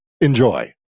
enjoy